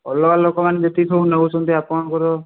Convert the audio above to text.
ଅଲଗା ଲୋକମାନେ ଯେତିକି ସବୁ ନେଉଛନ୍ତି ଆପଣଙ୍କର